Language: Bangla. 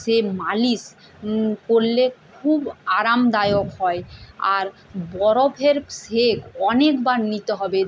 সে মালিশ করলে খুব আরামদায়ক হয় আর বরফের সেঁক অনেকবার নিতে হবে